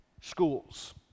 schools